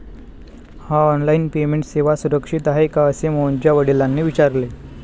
ही online payment सेवा सुरक्षित आहे का असे मोहनच्या वडिलांनी विचारले